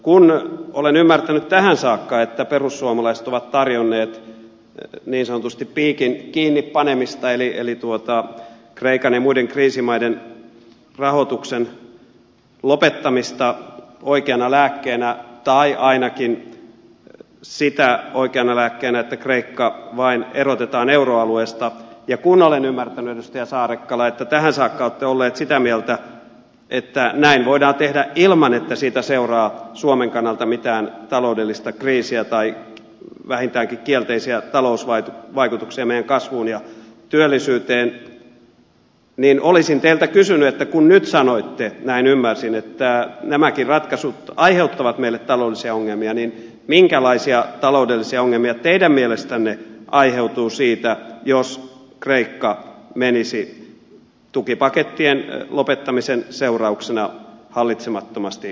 kun olen ymmärtänyt tähän saakka että perussuomalaiset ovat tarjonneet niin sanotusti piikin kiinni panemista eli kreikan ja muiden kriisimaiden rahoituksen lopettamista oikeana lääkkeenä tai ainakin sitä oikeana lääkkeenä että kreikka vain erotetaan euroalueesta ja kun olen ymmärtänyt edustaja saarakkala että tähän saakka olette olleet sitä mieltä että näin voidaan tehdä ilman että siitä seuraa suomen kannalta mitään taloudellista kriisiä tai vähintäänkin kielteisiä talousvaikutuksia meidän kasvuumme ja työllisyyteemme niin olisin teiltä kysynyt kun nyt sanoitte näin ymmärsin että nämäkin ratkaisut aiheuttavat meille taloudellisia ongelmia minkälaisia taloudellisia ongelmia teidän mielestänne aiheutuu siitä jos kreikka menisi tukipakettien lopettamisen seurauksena hallitsemattomasti